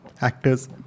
actors